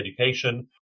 education